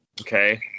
Okay